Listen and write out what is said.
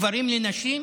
בין גברים לנשים,